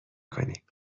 کنیم